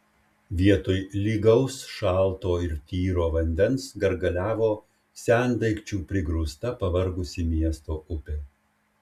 vietoj lygaus šalto ir tyro vandens gargaliavo sendaikčių prigrūsta pavargusi miesto upė